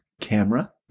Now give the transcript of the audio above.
Camera